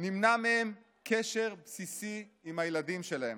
נמנע מהם קשר בסיסי עם הילדים שלהם.